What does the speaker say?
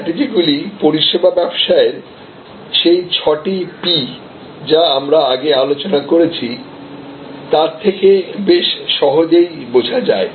এই স্ট্র্যাটিজিগুলি পরিষেবা ব্যবসায়ের সেই ছয়টি পিযা আমরা আগে আলোচনা করেছি তার থেকে বেশ সহজেই বোঝা যায়